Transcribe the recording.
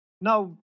now